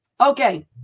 okay